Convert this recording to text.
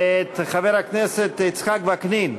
חבר הכנסת יצחק וקנין,